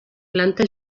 planta